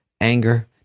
anger